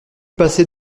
passer